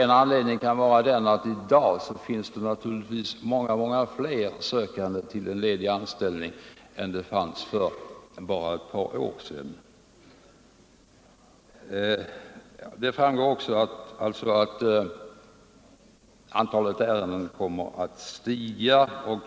En anledning kan vara att det i dag finns många fler sökande till en ledig anställning än för bara ett par år sedan. Det framgår också av den här tidningsartikeln att antalet ärenden kommer att stiga och att